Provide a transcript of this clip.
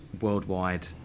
worldwide